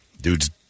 Dude's